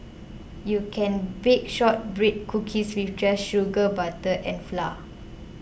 you can bake Shortbread Cookies with just sugar butter and flour